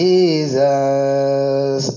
Jesus